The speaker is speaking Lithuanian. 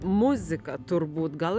muzika turbūt gal